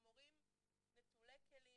המורים נטולי כלים,